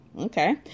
okay